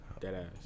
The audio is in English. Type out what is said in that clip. Deadass